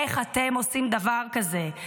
איך אתם עושים דבר כזה?